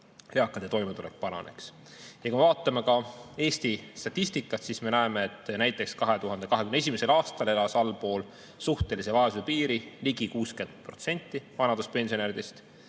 eakate toimetulek paraneks. Kui me vaatame Eesti statistikat, siis me näeme, et näiteks 2021. aastal elas allpool suhtelise vaesuse piiri ligi 60% vanaduspensionäridest.